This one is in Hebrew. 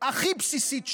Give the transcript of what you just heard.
הכי בסיסית שיש: